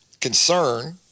concern